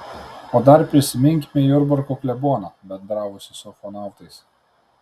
o dar prisiminkime jurbarko kleboną bendravusį su ufonautais